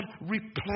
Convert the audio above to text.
replenish